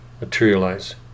materialize